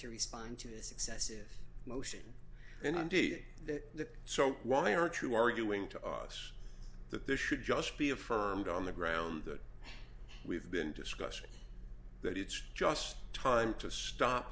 to respond to this excessive motion and indeed the so why aren't you arguing to us that this should just be affirmed on the ground that we've been discussing that it's just time to stop